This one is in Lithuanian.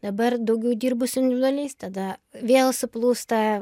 dabar daugiau dirbu su individualiais tada vėl suplūsta